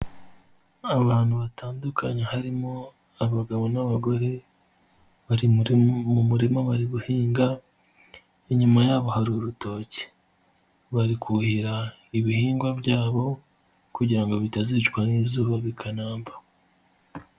Abantu batandukanye harimo abagabo n'abagore bari mu murima bari guhinga, inyuma yabo hari urutoki, bari kuhira ibihingwa byabo kugira bitazicwa n'izuba bikanamba.